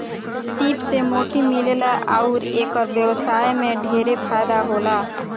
सीप से मोती मिलेला अउर एकर व्यवसाय में ढेरे फायदा होला